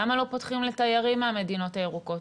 למה לא פותחים לתיירים מהמדינות הירוקות?